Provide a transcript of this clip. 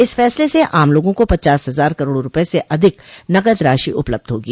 इस फैसले से आम लोगों को पचास हजार करोड रुपए से अधिक नकद राशि उपलब्ध होगी